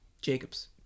Jacobs